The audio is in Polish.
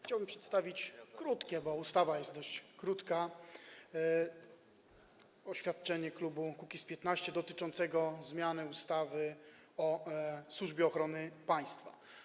Chciałbym przedstawić krótkie - bo ustawa jest dość krótka - oświadczenie klubu Kukiz’15 dotyczące zmiany ustawy o Służbie Ochrony Państwa.